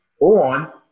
on